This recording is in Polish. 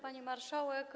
Pani Marszałek!